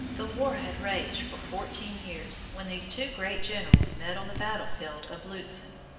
the war had raged for fourteen years when these two great generals met on the battlefield of lutzen.